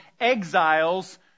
exiles